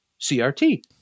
crt